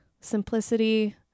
simplicity